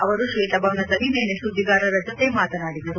ಅವರು ಶ್ವೇತಭವನದಲ್ಲಿ ನಿನ್ನೆ ಸುದ್ದಿಗಾರರ ಜೊತೆ ಮಾತನಾಡಿದರು